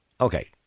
Okay